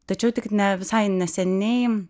tačiau tik ne visai neseniai